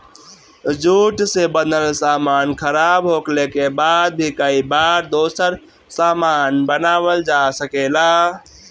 jute से बनल सामान खराब होखले के बाद भी कई बार दोसर सामान बनावल जा सकेला